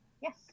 Yes